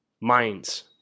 minds